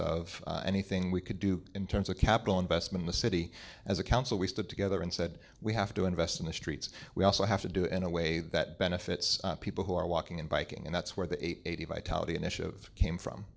of anything we could do in terms of capital investment the city as a council we stood together and said we have to invest in the streets we also have to do in a way that benefits people who are walking and biking and that's where the eighty vitality initiative came from